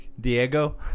Diego